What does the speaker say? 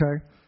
okay